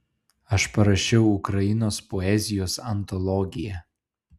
aš parašiau ukrainos poezijos antologiją